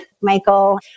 Michael